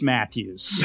Matthews